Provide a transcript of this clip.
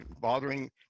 bothering